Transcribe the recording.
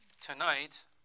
tonight